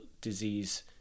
disease